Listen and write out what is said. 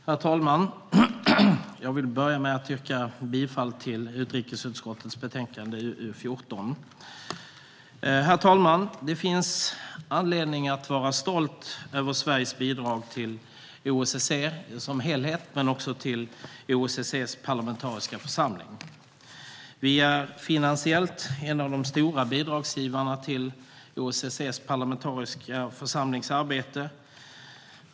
Herr talman! Jag vill börja med att yrka bifall till utrikesutskottets förslag. Det finns anledning att vara stolt över Sveriges bidrag till OSSE som helhet men också till OSSE:s parlamentariska församling. Vi är finansiellt en av de stora bidragsgivarna till OSSE:s parlamentariska församlings arbete.